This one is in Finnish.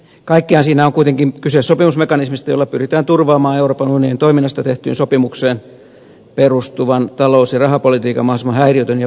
kaikkiaan siinä on kuitenkin kyse sopimusmekanismista jolla pyritään turvaamaan euroopan unionin toiminnasta tehtyyn sopimukseen perustuvan talous ja rahapolitiikan mahdollisimman häiriötön ja vakaa toiminta